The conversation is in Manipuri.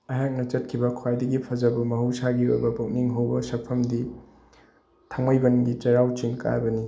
ꯑꯩꯍꯥꯛꯅ ꯆꯠꯈꯤꯕ ꯈ꯭ꯋꯥꯏꯗꯒꯤ ꯐꯖꯕ ꯃꯍꯧꯁꯥꯒꯤ ꯑꯣꯏꯕ ꯄꯨꯛꯅꯤꯡ ꯍꯨꯕ ꯃꯐꯝꯗꯤ ꯊꯥꯡꯃꯩꯕꯟꯒꯤ ꯆꯩꯔꯥꯎ ꯆꯤꯡ ꯀꯥꯕꯅꯤ